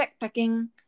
backpacking